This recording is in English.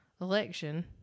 election